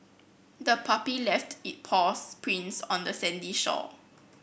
the puppy left it paws prints on the sandy shore